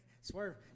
swerve